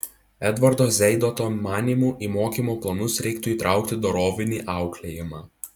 edvardo zeidoto manymu į mokymo planus reiktų įtraukti dorovinį auklėjimą